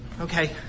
Okay